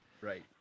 Right